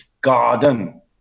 garden